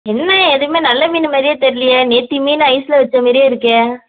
என்ன எதுவுமே நல்ல மீன் மாதிரியே தெரியலையே நேற்று மீன் ஐஸில் வச்ச மாரியே இருக்கே